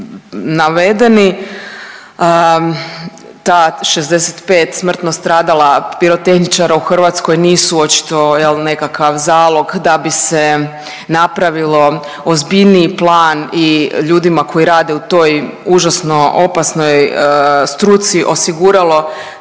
navedeni, ta 65 smrtno stradala pirotehničara u Hrvatskoj nisu očito jel nekakav zalog da bi se napravilo ozbiljniji plan i ljudima koji rade u toj užasno opasnoj struci, osiguralo